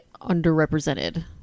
underrepresented